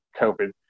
COVID